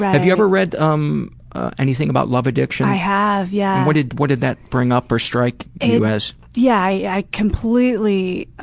have you ever read um anything anything about love addiction? i have, yeah. what did what did that bring up or strike you as? yeah, i completely